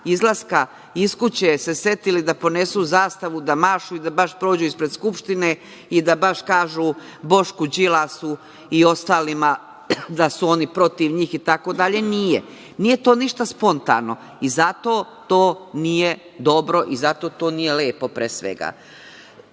izlaska iz kuće setili da ponesu zastavu, da mašu i da baš prođu ispred Skupštine i da baš kažu Bošku, Đilasu i ostalima da su oni protiv njih itd, nije to ništa spontano i zato to nije dobro i zato to nije lepo, pre svega. Ovde